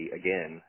again